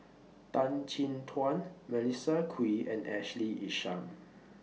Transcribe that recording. Tan Chin Tuan Melissa Kwee and Ashley Isham